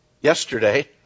yesterday